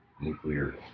nuclear